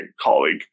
colleague